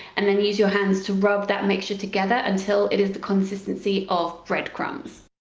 and then use your hands to rub that mixture together until it is the consistency of breadcrumbs.